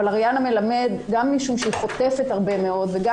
גם משום שהיא חוטפת הרבה מאוד וגם